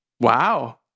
Wow